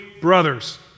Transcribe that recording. brothers